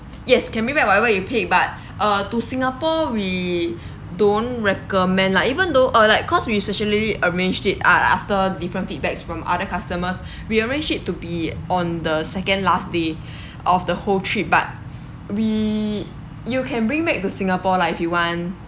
yes can bring back whatever you pay but uh to singapore we don't recommend lah even though uh like cause we specially arranged it uh after different feedbacks from other customers we arrange it to be on the second last day of the whole trip but we you can bring back to singapore lah if you want